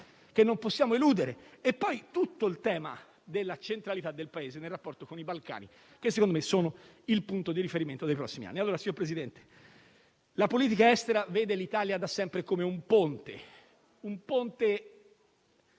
e non lo possiamo eludere. C'è poi tutto il tema della centralità del Paese nel rapporto con i Balcani, che secondo me sono il punto di riferimento dei prossimi anni. Signor Presidente, la politica estera vede l'Italia da sempre come un ponte, saldamente